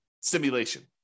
simulation